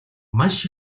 маш